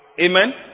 Amen